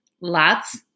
Lots